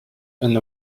and